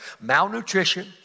Malnutrition